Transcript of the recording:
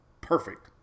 perfect